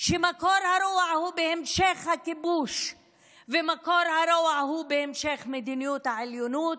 שמקור הרוע הוא בהמשך הכיבוש ומקור הרוע הוא בהמשך מדיניות העליונות,